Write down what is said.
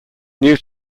new